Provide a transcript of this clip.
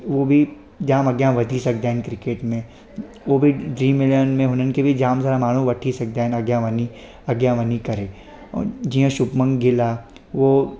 उहे बि जाम अॻियां वधी सघंदा आहिनि क्रिकेट में उहे बि ड्रीम इलेवन में हुननि खे बि जाम सारा माण्हू वठी सघंदा आहिनि अॻियां वञी अॻियां वञी करे जीअं शुभमन गिल आहे उहो